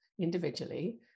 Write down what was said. individually